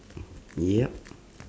yup